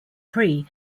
prix